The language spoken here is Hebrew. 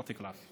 (אומר בערבית: